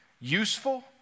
useful